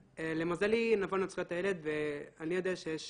למזלי אני --- את זכויות הילד ואני יודע שיש